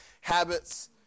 habits